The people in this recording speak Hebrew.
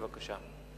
בבקשה.